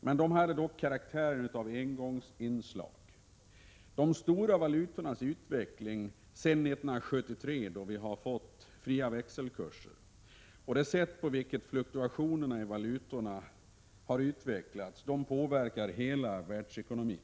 men de hade karaktären av engångsinslag. De stora valutornas utveckling sedan 1973, då vi fick fria växelkurser, och det sätt på vilket fluktuationerna i valutorna har utvecklats, påverkar hela världsekonomin.